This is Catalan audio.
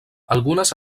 algunes